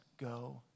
go